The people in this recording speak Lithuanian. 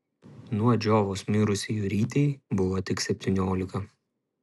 nuo džiovos mirusiai jurytei buvo tik septyniolika